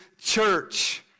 church